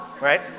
right